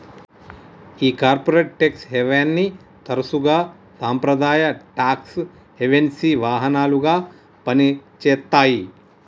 ఈ corporate tax హేవెన్ని తరసుగా సాంప్రదాయ టాక్స్ హెవెన్సి వాహనాలుగా పని చేత్తాయి